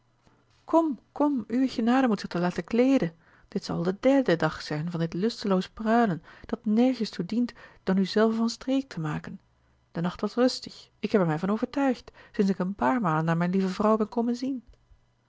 kom kom uwe genade moet zich toch laten kleeden dit zou al de derde dag zijn van dit lusteloos pruilen dat nergens toe dient dan u zelve van streek te maken de nacht was ik heb er mij van overtuigd sinds ik een paar malen naar mijn lieve vrouwe ben komen zien